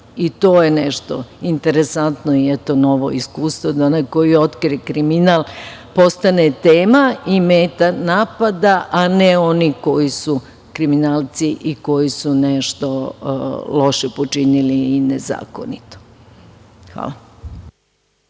I to je nešto interesantno i novo iskustvo, da onaj koji otkrije kriminal postane tema i meta napada a ne oni koji su kriminalci i koji su nešto loše i nezakonito